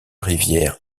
rivière